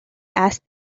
است